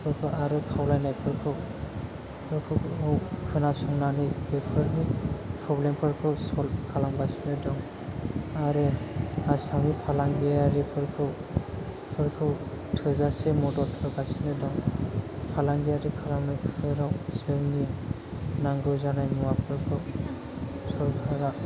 फोरखौ आरो खावलायनायफोरखौ फोरखौ खोनासंनानै बेफोरनि फ्रब्लेमफोरखौ सल्ब खालामगालिनो दं आरो आसामनि फालांगियारिफोरखौ फोरखौ थोजासे मदद होगासिनो दं फालांगियारि खालामनायफोराव जोंनि नांगौ जानाय मुवाफोरखौ सरकारा